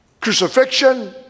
Crucifixion